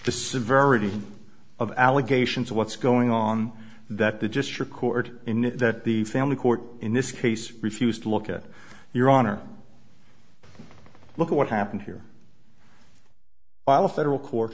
the severity of allegations what's going on that the just record in it that the family court in this case refused to look at your honor look at what happened here while a federal court